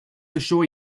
assure